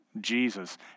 Jesus